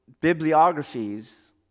bibliographies